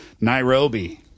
nairobi